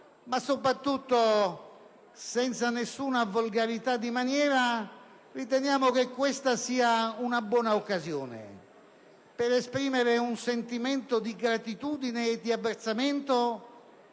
Ma soprattutto, senza nessuna volgarità di maniera, riteniamo che questa sia una buona occasione per esprimere un sentimento di gratitudine e di apprezzamento